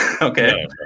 Okay